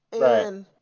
Right